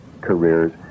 careers